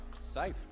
Safe